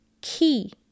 key